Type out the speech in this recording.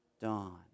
Dawn